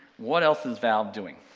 what else is valve doing?